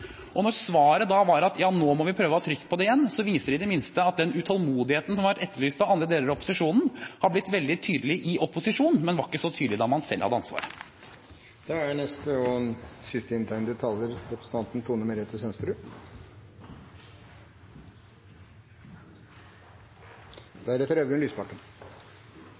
Når svaret var at vi nå må prøve å ha trykk på det igjen, viser det i det minste at den utålmodigheten som har vært etterlyst av andre deler av opposisjonen, har blitt veldig tydelig i opposisjon, men var ikke så tydelig da man selv hadde ansvaret. Så fort Høyre blir litt presset på egen politikk og